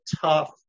tough